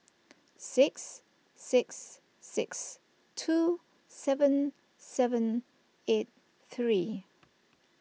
six six six two seven seven eight three